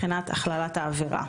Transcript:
בשל הכללת העבירה.